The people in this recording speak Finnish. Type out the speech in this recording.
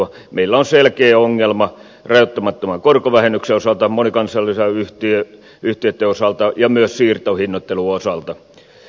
meillä on selkeä ongelma rajoittamattoman korkovähennyksen osalta monikansallisten yhtiöitten osalta ja myös siirtohinnoittelun osalta